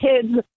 kids